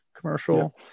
commercial